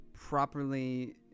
properly